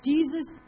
Jesus